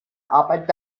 arbeit